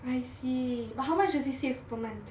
I see but how much does he save per month